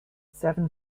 seven